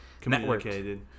communicated